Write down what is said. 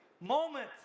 moment